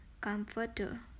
comforter